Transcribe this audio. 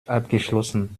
abgeschlossen